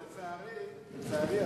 לצערי,